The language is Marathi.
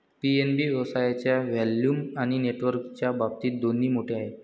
पी.एन.बी व्यवसायाच्या व्हॉल्यूम आणि नेटवर्कच्या बाबतीत दोन्ही मोठे आहे